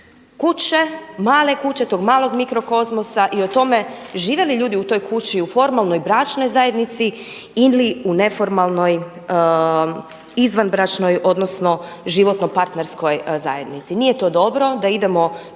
kuće, male kuće, tok malog mikro kozmosa i o tome žive li ljudi u toj kući u formalnoj bračnoj zajednici ili u neformalnoj izvanbračnoj, odnosno životno partnerskoj zajednici. Nije to dobro da idemo